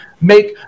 make